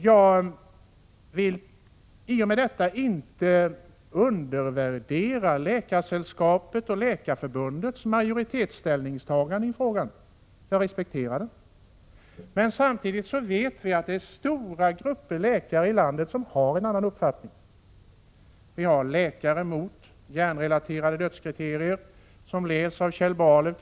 Jag vill inte undervärdera Läkaresällskapets eller Läkarförbundets majoritetsställningstagande i frågan. Jag respekterar det. Men vi vet att stora grupper läkare i landet har en annan uppfattning. Vi har t.ex. Läkare mot hjärnrelaterade dödskriterier, som leds av Kjell Barlöv.